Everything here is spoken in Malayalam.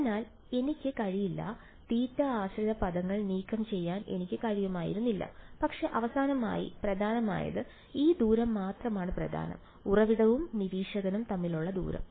അതിനാൽ എനിക്ക് കഴിയില്ല θ ആശ്രിത പദങ്ങൾ നീക്കം ചെയ്യാൻ എനിക്ക് കഴിയുമായിരുന്നില്ല പക്ഷേ അവസാനമായി പ്രധാനമായത് ഈ ദൂരം മാത്രമാണ് പ്രധാനം ഉറവിടവും നിരീക്ഷകനും തമ്മിലുള്ള ദൂരം